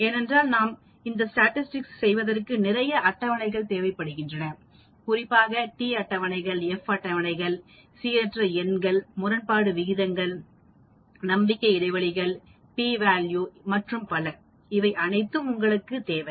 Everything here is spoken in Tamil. ஏனென்றால் நாம் இந்த ஸ்டாடிஸ்டிக்ஸ் செய்வதற்கு நிறைய அட்டவணைகள் தேவைப்படும் குறிப்பாக t அட்டவணைகள் f அட்டவணைகள் சீரற்ற எண்கள் முரண்பாடு விகிதங்கள் நம்பிக்கை இடைவெளிகள்p வேல்யூ மற்றும் பல இவை அனைத்தும் உங்களுக்குத் தேவை